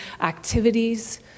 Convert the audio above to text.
activities